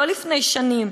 לא לפני שנים,